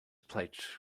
plate